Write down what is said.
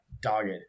Dogged